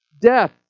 death